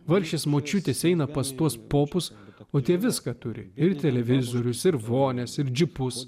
vargšės močiutės eina pas tuos popus o tie viską turi ir televizorius ir vonias ir džipus